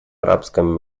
арабском